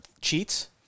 Cheats